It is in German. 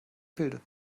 bilde